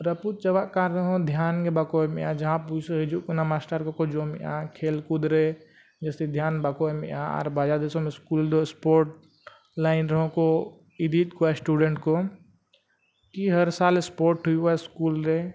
ᱨᱟᱹᱯᱩᱫ ᱪᱟᱵᱟᱜ ᱠᱟᱱ ᱨᱮᱦᱚᱸ ᱫᱷᱮᱭᱟᱱ ᱜᱮ ᱵᱟᱠᱚ ᱮᱢᱮᱫᱼᱟ ᱡᱟᱦᱟᱸ ᱯᱩᱭᱥᱟᱹ ᱦᱤᱡᱩᱜ ᱠᱟᱱᱟ ᱠᱚᱠᱚ ᱡᱚᱢᱮᱜᱼᱟ ᱠᱷᱮᱹᱞᱼᱠᱩᱫᱽᱨᱮ ᱡᱟᱹᱥᱛᱤ ᱫᱷᱮᱭᱟᱱ ᱵᱟᱠᱚ ᱮᱢᱮᱫᱼᱟ ᱟᱨ ᱵᱟᱡᱟᱨ ᱫᱤᱥᱚᱢ ᱨᱮᱫᱚ ᱨᱮᱦᱚᱸ ᱠᱚ ᱤᱫᱤᱭᱮᱫ ᱠᱚᱣᱟ ᱠᱚ ᱠᱤ ᱦᱟᱨᱥᱟᱞ ᱦᱩᱭᱩᱜᱼᱟ ᱨᱮ